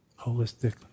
holistically